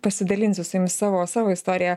pasidalinsiu su jumis savo savo istorija